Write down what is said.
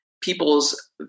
people's